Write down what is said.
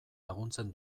laguntzen